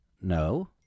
No